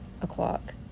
o'clock